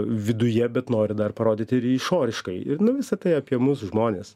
viduje bet nori dar parodyti ir išoriškai ir nu visa tai apie mus žmones